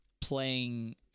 playing